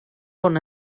bon